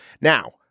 Now